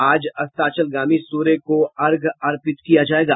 आज अस्ताचलगामी सूर्य को अर्घ्य अर्पित किया जायेगा